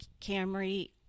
Camry